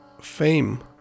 fame